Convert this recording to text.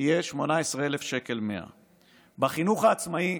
יהיה 18,100 שקל, בחינוך העצמאי,